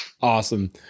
Awesome